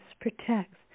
protects